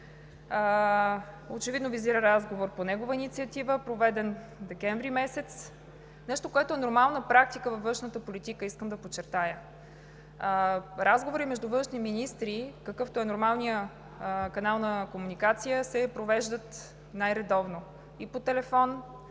очевидно визира разговор по негова инициатива, проведен през месец декември – нещо, което е нормална практика във външната политика, искам да подчертая. Разговори между външни министри, какъвто е нормалният канал на комуникация, се провеждат най-редовно и по телефон,